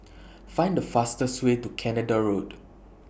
Find The fastest Way to Canada Road